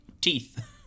teeth